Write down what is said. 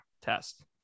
test